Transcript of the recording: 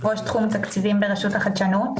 זה 700 אלף שקלים באמצעות פרסום שזה